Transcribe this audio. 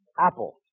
apple